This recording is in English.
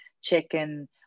chicken